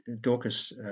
Dorcas